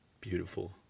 Beautiful